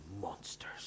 monsters